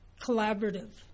collaborative